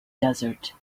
desert